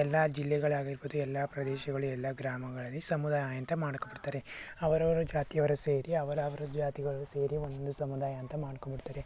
ಎಲ್ಲ ಜಿಲ್ಲೆಗಳಾಗಿರ್ಬೋದು ಎಲ್ಲ ಪ್ರದೇಶಗಳು ಎಲ್ಲ ಗ್ರಾಮಗಳಲ್ಲಿ ಸಮುದಾಯ ಅಂತ ಮಾಡ್ಕೊಂಡ್ಬಿಡ್ತಾರೆ ಅವರವರ ಜಾತಿಯವರು ಸೇರಿ ಅವರವರ ಜಾತಿಗಳು ಸೇರಿ ಒಂದು ಸಮುದಾಯ ಅಂತ ಮಾಡ್ಕೊಂಡ್ಬಿಡ್ತಾರೆ